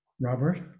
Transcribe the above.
robert